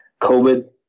COVID